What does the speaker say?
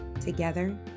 Together